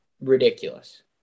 Ridiculous